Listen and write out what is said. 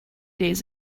days